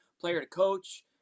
player-to-coach